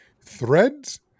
threads